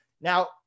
Now